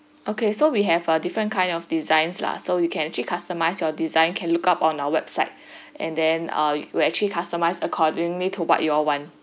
okay so we have err different kind of designs lah so you can actually customize your design can look up on our website and then we'll actually customize accordingly to what you all want